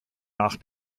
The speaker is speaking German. nach